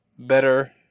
Better